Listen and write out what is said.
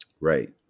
Right